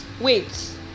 wait